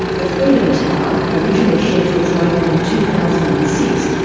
the freedom tower, originally scheduled to open in two thousand and six,